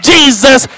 Jesus